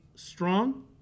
strong